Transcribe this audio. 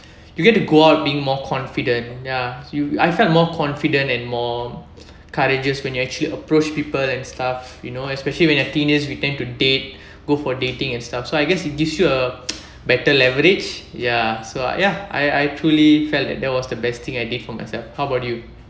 you get to go out being more confident ya you I felt more confident and more courageous when you actually approach people and stuff you know especially when you are in teen years we tend to date go for dating and stuff so I guess it gives you a better leverage ya so ya I I truly felt that that was the best thing I did for myself how about you